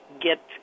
get